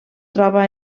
troba